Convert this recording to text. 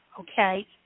okay